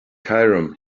cairum